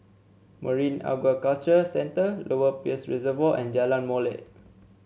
Marine Aquaculture Centre Lower Peirce Reservoir and Jalan Molek